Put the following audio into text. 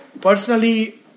personally